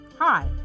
Hi